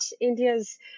India's